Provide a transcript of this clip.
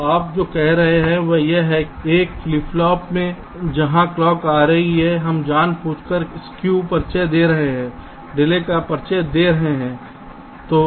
तो आप जो कह रहे हैं वह यह है कि एक फ्लिप फ्लॉप में जहां क्लॉक आ रही है हम जानबूझकर स्कू परिचय दे रहे हैं डिले का परिचय दे रहे हैं